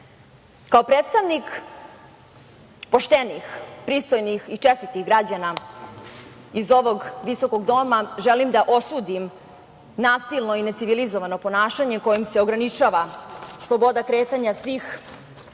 predstavnik poštenih, pristojnih i čestitih građana iz ovog visokog doma, želim da osudim nasilno i necivilizovano ponašanje kojim se ograničava sloboda kretanja svih